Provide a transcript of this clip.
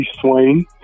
Swain